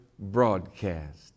Broadcast